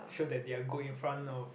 show that they are good in front of